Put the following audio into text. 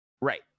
Right